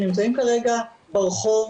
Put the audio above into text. שנמצאים בתהליכי פיתוח מקצועי,